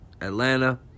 Atlanta